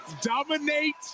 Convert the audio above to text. Dominate